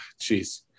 Jeez